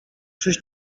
czyś